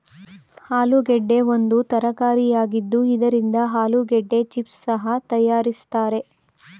ಆಲೂಗೆಡ್ಡೆ ಒಂದು ತರಕಾರಿಯಾಗಿದ್ದು ಇದರಿಂದ ಆಲೂಗೆಡ್ಡೆ ಚಿಪ್ಸ್ ಸಹ ತರಯಾರಿಸ್ತರೆ